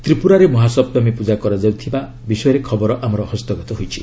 ତ୍ରିପ୍ରରାରେ ମହାସପ୍ତମୀ ପ୍ରଜା କରାଯାଇଥିବା ବିଷୟରେ ଖବର ଆମର ହସ୍ତଗତ ହୋଇଛି